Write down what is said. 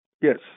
Yes